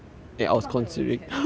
浪费我的钱真的是